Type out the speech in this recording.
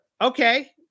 Okay